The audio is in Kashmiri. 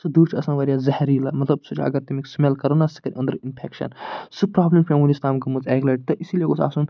سُہ دٕہ چھُ آسان واریاہ زہریٖلہٕ مطلب سُہ چھُ اَگر تَمِکۍ سٕمیٚل کرو نا سُہ کرِ أٔندرٕ انفیٚکشَن سۄ پرٛابلِم چھِ مےٚ وُنیٛک تانۍ گٔمٕژ اَکہِ لَٹہِ تہٕ اسی لیے گوٚژھ آسُن